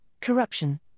corruption